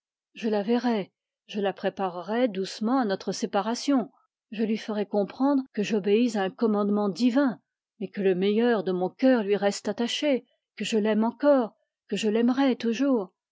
je la verrai je la préparerai doucement à notre séparation je lui ferai comprendre que j'obéis à un commandement divin mais que le meilleur de mon cœur lui reste attaché que je l'aime encore que je l'aimerai toujours